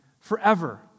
forever